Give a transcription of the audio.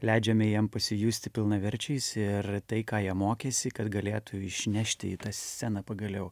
leidžiame jiem pasijusti pilnaverčiais ir tai ką jie mokėsi kad galėtų išnešti į sceną pagaliau